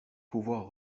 pouvoir